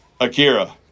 Akira